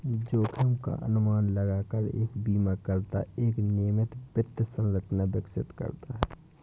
जोखिम का अनुमान लगाकर एक बीमाकर्ता एक नियमित वित्त संरचना विकसित करता है